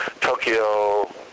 Tokyo